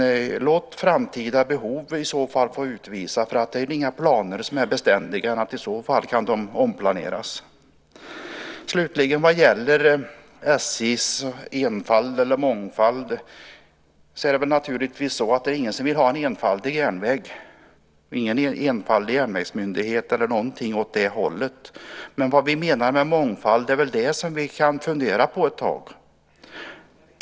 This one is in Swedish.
Låt framtida behov i så fall få utvisa utvecklingen! Inga planer är mer beständiga än att det i så fall kan göras en omplanering. Slutligen vill jag säga några ord vad gäller detta med SJ:s enfald eller mångfald. Naturligtvis vill ingen ha en enfaldig järnväg - ingen enfaldig järnvägsmyndighet eller någonting åt det hållet. Vad vi menar med mångfald kan vi väl fundera på ett tag.